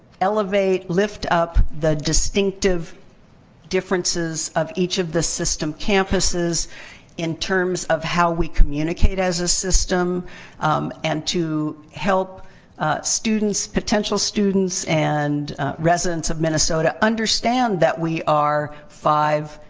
elevate, lift up the distinctive differences of each of the system campuses in terms of how we communicate as a system and to help students, potential students, and residents of minnesota understand that we are five